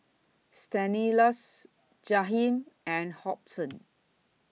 Stanislaus Jahiem and Hobson